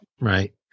Right